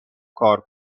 کار